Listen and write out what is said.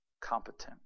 competent